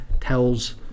tells